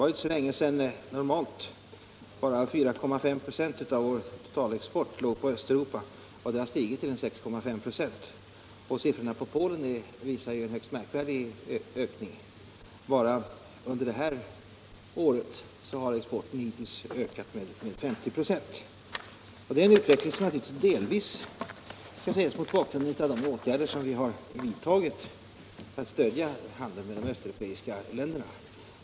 För inte så länge sedan var det normalt att bara 4,5 96 av vår totala export låg på Östeuropa. Nu har den siffran stigit till 6,5 96. Och andelen för Polen uppvisar en märklig ökning. Hittills under detta år har exporten ökat med 50 96. Naturligtvis är det en utveckling som delvis skall ses mot bakgrund av de åtgärder som vi har vidtagit för att stödja handeln med de östeuropeiska länderna.